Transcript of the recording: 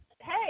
hey